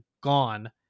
gone